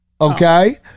okay